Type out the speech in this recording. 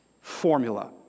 formula